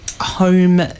home